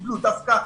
קיבלו דווקא.